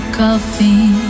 coffee